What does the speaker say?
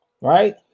right